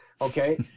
okay